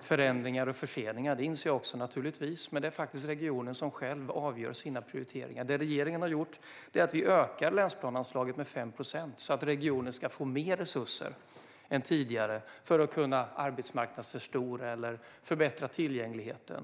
förändringar och förseningar, vilket naturligtvis också jag inser. Men det är regionen som själv avgör prioriteringarna. Vad regeringen har gjort är att öka länsplaneanslaget med 5 procent så att regionen får mer resurser än tidigare för att kunna arbetsmarknadsförstora eller förbättra tillgängligheten.